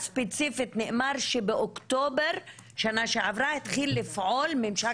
נאמר שבאוקטובר שנה שעברה התחיל לפעול ממשק